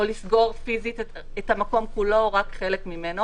או לסגור פיזית את המקום כולו או רק חלק ממנו